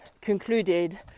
concluded